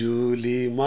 Julie